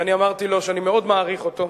ואני אמרתי לו שאני מאוד מעריך אותו,